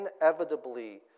inevitably